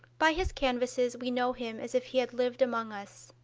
by his canvasses we know him as if he had lived among us.